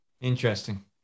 Interesting